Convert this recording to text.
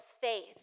faith